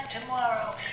tomorrow